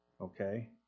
Okay